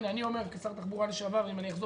הנה, אני אומר, כשר תחבורה לשעבר, ואני מקווה